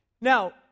Now